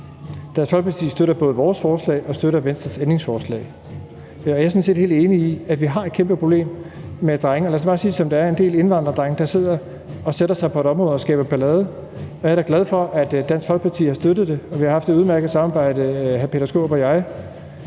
Dansk Folkeparti støtter både vores forslag og Venstres ændringsforslag. Jeg er sådan set helt enig i, at vi har et kæmpeproblem med – lad os bare sige det, som det er – en del indvandrerdrenge, der sætter sig på et område og skaber ballade. Jeg er da glad for, at Dansk Folkeparti har støttet forslaget, og hr. Peter Skaarup og jeg